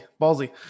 ballsy